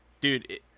Dude